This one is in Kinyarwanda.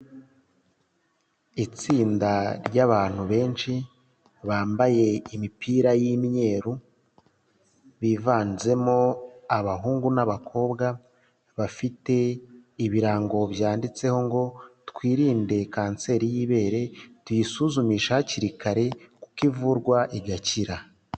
Itsinda ry'abantu benshi bambaye imipira y'imyeru, bivanzemo abahungu n'abakobwa, bafite ibirango byanditseho ngo twirinde kanseri y'ibere, tuyisuzumisha hakiri kare kuko ivurwa igakira.